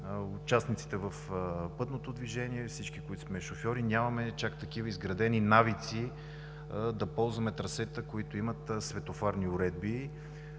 участниците в пътното движение, всички, които сме шофьори, нямаме чак такива изградени навици да ползваме трасета, които имат светофарни уредби.